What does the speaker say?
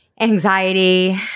anxiety